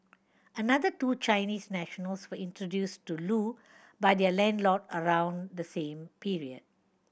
another two Chinese nationals were introduced to Loo by their landlord around the same period